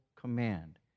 command